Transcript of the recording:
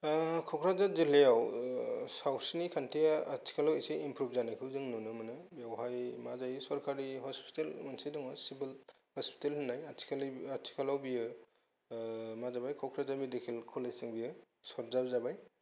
क'क्राझार जिल्लायाव सावस्रिनि खान्थिया आथिखालाव इसे इमप्रुभ जानायखौ जों नुनो मोनो बाहाय मा जायो सरकारि हस्पिटाल मोनसे दङ सिभिल हस्पिटाल होननाय आथिखालाव बेयो माजाबाय क'क्राझार मेडिकेल कलेज जों बेयो सरजाब जाबाय